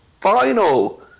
final